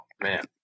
man